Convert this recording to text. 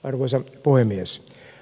arvoisa puhemies